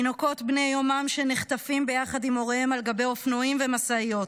תינוקות בני יומם שנחטפים ביחד עם הוריהם על גבי אופנועים ומשאיות.